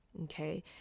okay